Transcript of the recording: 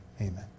Amen